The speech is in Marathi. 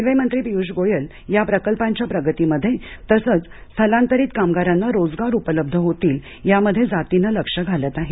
रेल्वे मंत्री पियूष गोयल या प्रकल्पांच्या प्रगतीमध्ये तसंच स्थलांतरित कामगारांना रोजगार उपलब्ध होतील यामध्ये जातीनं लक्ष घालत आहेत